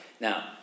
Now